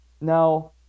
Now